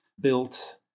built